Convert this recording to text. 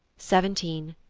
seventeen.